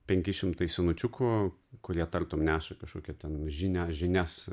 penki šimtai senučiukų kurie tartum neša kažkokią ten žinią žinias